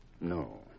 No